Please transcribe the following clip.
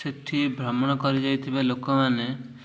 ସେଇଠି ଭ୍ରମଣ କରିଯାଇଥିବା ଲୋକମାନେ